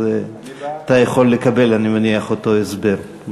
אז אתה יכול לקבל, אני מניח, אותו הסבר.